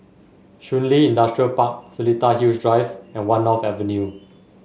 Shun Li Industrial Park Seletar Hills Drive and One North Avenue